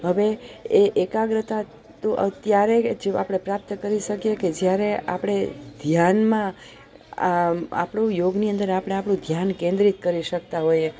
હવે એ એકાગ્રતા તો અત્યારે જે આપણે પ્રાપ્ત કરી સકીએ કે જ્યારે આપણે ધ્યાનમાં આમ આપણું યોગની અંદર આપણે આપણું ધ્યાન કેન્દ્રિત કરી શકતા હોઈએ